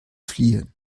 fliehen